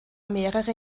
mehrere